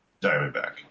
Diamondback